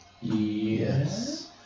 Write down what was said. Yes